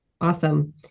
Awesome